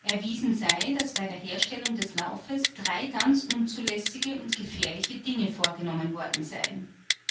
erwiesen sei daß bei der herstellung des laufes drei ganz unzulässige und gefährliche dinge vorgenommen worden seien